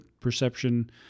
perception